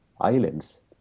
islands